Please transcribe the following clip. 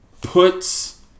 puts